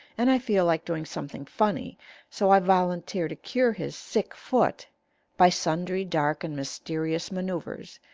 and i feel like doing something funny so i volunteer to cure his sick foot by sundry dark and mysterious manoeuvres,